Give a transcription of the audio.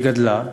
היא גדלה,